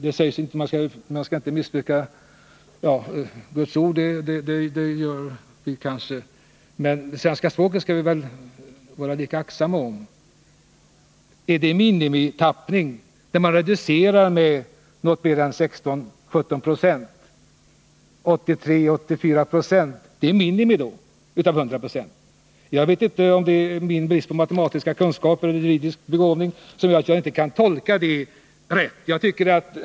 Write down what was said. Det sägs att man inte skall missbruka Guds ord, fast vi kanske gör det. Men svenska språket bör vi vara aktsamma om. Är det en minimitappning när man reducerar tappningen med 16-17 96? Skulle 83-84 Yo vara ett ”minimum” i förhållande till 100 96? Jag vet inte om det är min brist på matematiska kunskaper eller juridisk begåvning som medför att jag inte kan göra en sådan tolkning.